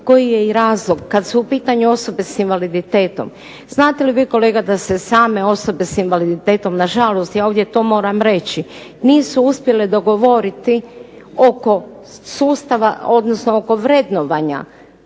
koji je i razlog. Kad su u pitanju osobe s invaliditetom, znate li vi kolega da se same osobe s invaliditetom na žalost, ja ovdje to moram reći, nisu uspjele dogovoriti oko sustava, odnosno oko vrednovanja,